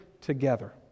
together